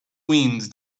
wind